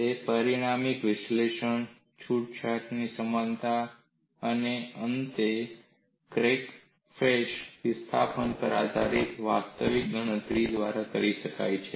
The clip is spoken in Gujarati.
તે પરિમાણીય વિશ્લેષણ છૂટછાટ સમાનતા અને અંતે ક્રેક ફેસ વિસ્થાપન પર આધારિત વાસ્તવિક ગણતરી દ્વારા કરી શકાય છે